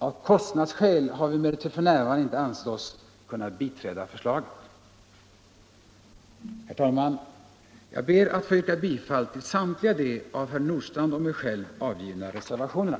Av kostnadsskäl har vi emellertid f.n. inte ansett oss kunna biträda förslaget. Herr talman! Jag ber att få yrka bifall till samtliga de av herr Nordstrandh och mig själv avgivna reservationerna.